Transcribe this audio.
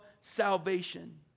salvation